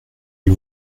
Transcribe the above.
ils